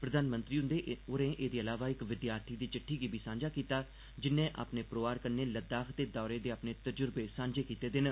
प्रधानमंत्री होरें एहदे अलावा इक विद्यार्थी दी चिट्ठी बी सांझी कीती जिन्न अपने परोआर कन्नै लद्दाख दे दौरे दे तजुर्बे सांझे कीते दे न